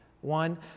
One